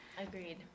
agreed